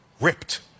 ripped